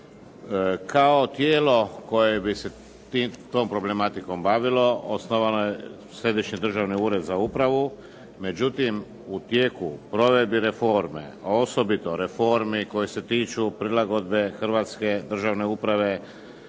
Kao tijelo koje bi se tom problematikom bavilo, osnovano je Središnji državni ured za upravu, međutim u tijeku provedbe reformi, osobito reformi koje se tiču prilagodbe Hrvatske državne uprave